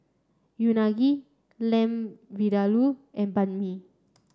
Unagi Lamb Vindaloo and Banh Mi